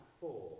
Four